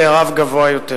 בעתיד אחוזי נכות גבוהים יותר